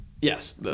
Yes